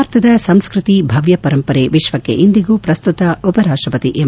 ಭಾರತದ ಸಂಸ್ಕೃತಿ ಭವ್ಯ ಪರಂಪರೆ ವಿಶ್ವಕ್ಷೆ ಇಂದಿಗೂ ಪ್ರಸ್ತುತ ಎಂದು ಉಪರಾಷ್ಷಪತಿ ಎಂ